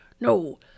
no